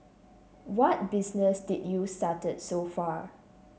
what business did you started so far